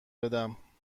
بدم